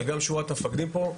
וגם שורת המפקדים פה,